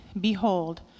behold